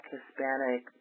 Hispanic